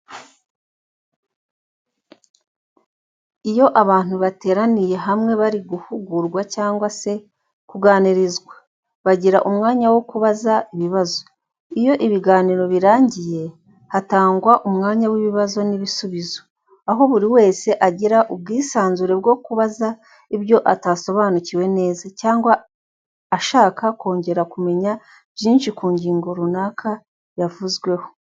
Iyo abantu bateraniye hamwe bari guhugurwa cyangwa se kuganirizwa, bagira umwanya wo kubaza ibibazo. Iyo ibiganiro birangiye, hatangwa umwanya w'ibibazo n'ibisubizo, aho buri wese agira ubwisanzure bwo kubaza ibyo atasobanukiwe neza, cyangwa ashaka kongera kumenya byinshi ku ngingo runaka yavuzweho.